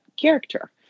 character